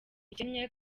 ikennye